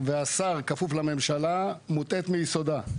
והשר כפוף לממשלה, מוטעית מיסודה.